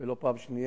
ולא בפעם השנייה.